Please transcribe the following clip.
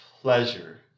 pleasure